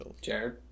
Jared